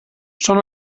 són